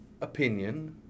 opinion